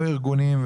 לא ארגונים,